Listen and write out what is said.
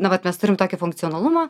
na vat mes turim tokį funkcionalumą